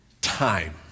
time